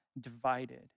divided